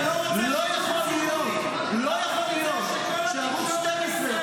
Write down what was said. אתה לא רוצה דיון ציבורי --- לא יכול להיות שערוץ 12,